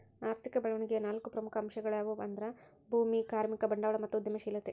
ಆರ್ಥಿಕ ಬೆಳವಣಿಗೆಯ ನಾಲ್ಕು ಪ್ರಮುಖ ಅಂಶಗಳ್ಯಾವು ಅಂದ್ರ ಭೂಮಿ, ಕಾರ್ಮಿಕ, ಬಂಡವಾಳ ಮತ್ತು ಉದ್ಯಮಶೇಲತೆ